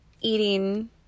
eating